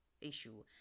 issue